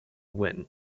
win